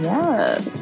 Yes